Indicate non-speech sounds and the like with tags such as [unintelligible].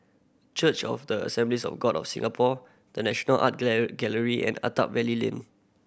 Church of the Assemblies of God of Singapore The National Art [unintelligible] Gallery and Attap Valley Lane